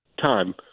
time